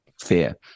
fear